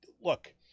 look